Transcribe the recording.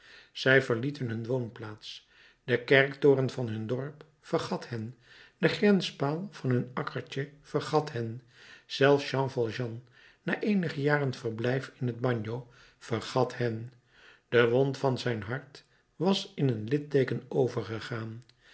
zij verlieten hun woonplaats de kerktoren van hun dorp vergat hen de grenspaal van hun akkertje vergat hen zelfs jean valjean na eenige jaren verblijf in het bagno vergat hen de wond van zijn hart was in een litteeken overgegaan